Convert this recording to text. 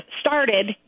started